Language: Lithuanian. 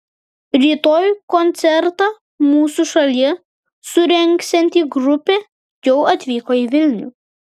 rytoj koncertą mūsų šalyje surengsianti grupė jau atvyko į vilnių